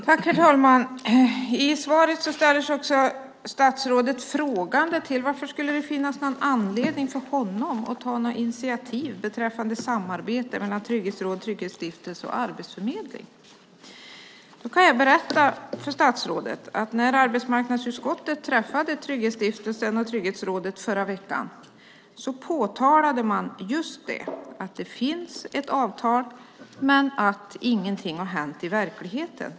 Herr talman! I sitt inlägg ställer sig statsrådet frågande till att det skulle finnas anledning för honom att ta några initiativ beträffande samarbete mellan Trygghetsrådet, Trygghetsstiftelsen och Arbetsförmedlingen. Jag kan berätta för statsrådet att när arbetsmarknadsutskottet träffade Trygghetsstiftelsen och Trygghetsrådet förra veckan påtalade man just att det finns ett avtal men att ingenting hänt i verkligheten.